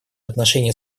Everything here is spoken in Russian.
отношении